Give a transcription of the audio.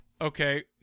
okay